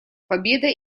победа